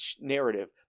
narrative